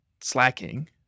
slacking